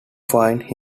finding